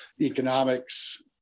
economics